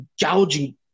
gouging